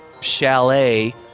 chalet